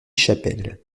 chapelle